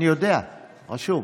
אני יודע, רשום.